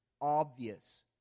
obvious